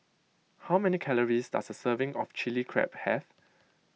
how many calories does a serving of Chilli Crab have